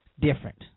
different